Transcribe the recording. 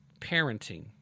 parenting